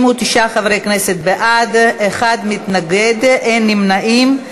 79 חברי כנסת בעד, אחד מתנגד, אין נמנעים.